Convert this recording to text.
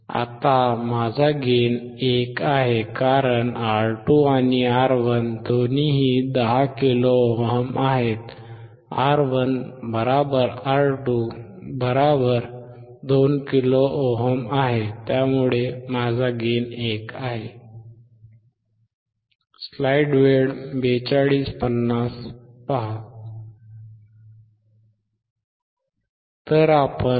आता माझा गेन 1 आहे कारण R2आणि R1 दोन्ही 10 किलो ओम 10kΩआहेत R1 R2 10 किलो ओम त्यामुळे माझा गेन 1 आहे